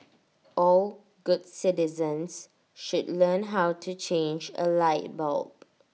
all good citizens should learn how to change A light bulb